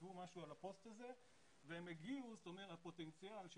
כתבו משהו על הפוסט הזה והפוטנציאל של